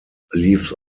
leaves